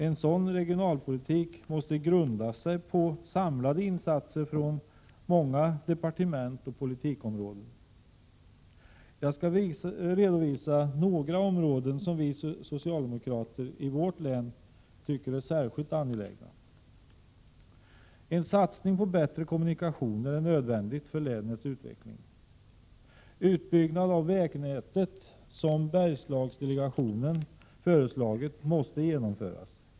En sådan regionalpolitik måste grunda sig på samlade insatser från många departement och politikområden. Jag skall redovisa några områden som vi socialdemokrater i vårt län tycker är särskilt angelägna: En satsning på bättre kommunikationer är nödvändig för länets utveckling. Utbyggnad av vägnätet, som Bergslagsdelegationen föreslagit, måste genomföras.